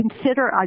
consider